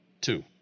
two